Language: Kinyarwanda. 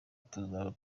tuzaba